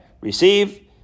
receive